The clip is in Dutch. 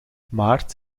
maart